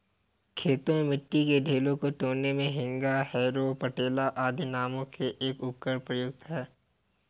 खेतों में मिट्टी के ढेलों को तोड़ने मे हेंगा, हैरो, पटेला आदि नामों से एक उपकरण प्रयुक्त होता है